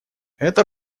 это